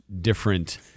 different